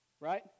Right